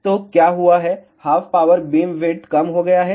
तो क्या हुआ है हाफ पावर बीमविड्थ कम हो गया है